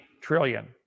trillion